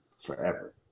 forever